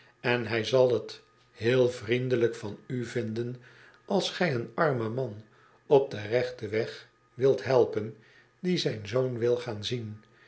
en hij zal t heel vriendelijk vanu vinden als gü een armen man op den rechten weg wilt helpen die zijn zoon wil gaan zien